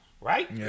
right